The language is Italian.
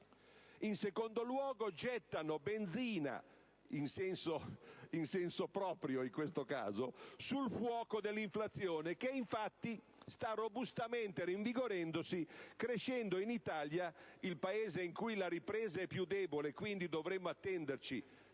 in secondo luogo, gettano benzina - in senso proprio, in questo caso - sul fuoco dell'inflazione, che infatti sta robustamente rinvigorendosi, crescendo in Italia, il Paese in cui la ripresa è più debole, per cui dovremmo attenderci,